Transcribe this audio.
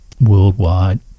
worldwide